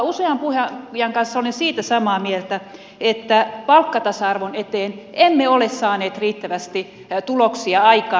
usean puhujan kanssa olen siitä samaa mieltä että palkkatasa arvon eteen emme ole saaneet riittävästi tuloksia aikaan